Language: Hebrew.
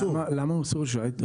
למה הוא אסור לשיט?